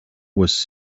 was